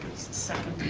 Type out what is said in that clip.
second.